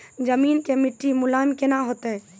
जमीन के मिट्टी मुलायम केना होतै?